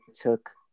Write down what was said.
took